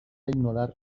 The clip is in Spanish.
ignorar